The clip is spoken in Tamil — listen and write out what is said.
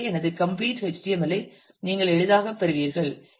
எனவே எனது கம்ப்ளீட் HTML ஐ நீங்கள் எளிதாகப் பெறுவீர்கள்